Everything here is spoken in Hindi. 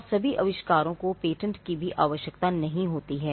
और सभी आविष्कारों को पेटेंट की भी आवश्यकता नहीं होती है